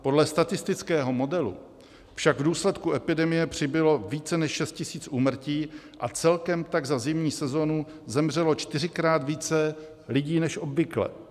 Podle statistického modelu však v důsledku epidemie přibylo více než 6 000 úmrtí a celkem tak za zimní sezónu zemřelo čtyřikrát více lidí než obvykle.